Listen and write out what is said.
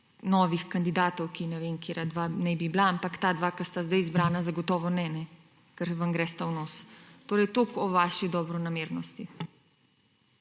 novih kandidatov, ki ne vem, katera dva naj bi bila, ampak ta dva, ki sta zdaj izbrana, zagotovo ne, ker vam gresta v nos. Toliko torej o vaši dobronamernosti.